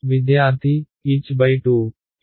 విద్యార్థి h2